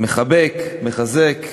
מחבק, מחזק,